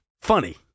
funny